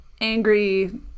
angry